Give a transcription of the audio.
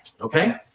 Okay